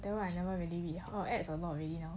ya that one I never really read